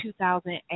2008